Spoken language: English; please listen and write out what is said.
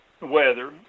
weather